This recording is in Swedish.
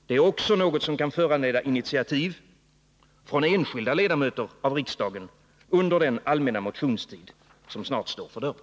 Det är också något som kan föranleda initiativ från enskilda ledamöter av riksdagen under den allmänna motionstid som snart står för dörren.